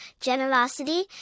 generosity